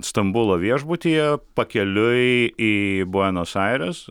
stambulo viešbutyje pakeliui į buenos aires